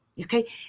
Okay